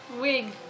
wig